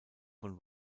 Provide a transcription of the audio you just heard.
von